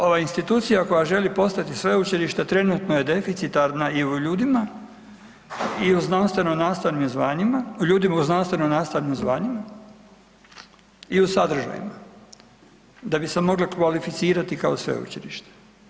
Ova institucija koja želi postati sveučilište trenutno je deficitarno i u ljudima i u znanstveno nastavnim zvanjima, u ljudima u znanstveno nastavnim zvanjima i u sadržajima da bi se mogle kvalificirati kao sveučilište.